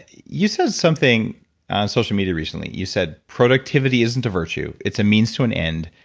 you said something on social media recently, you said, productivity isn't a virtue, it's a means to an end.